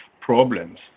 problems